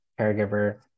caregiver